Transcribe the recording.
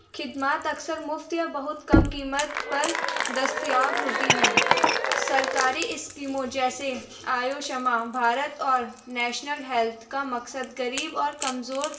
خدمات اکثر مفت یا بہت کم قیمت پر دستیاب ہوتی ہیں سرکاری اسکیموں جیسے آیوشمہ بھارت اور نیشنل ہیلتھ کا مقصد غریب اور کمزور